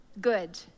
good